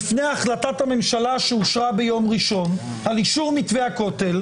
לפני החלטת הממשלה שאושרה ביום ראשון על אישור מתווה הכותל,